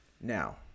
now